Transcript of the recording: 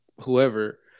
whoever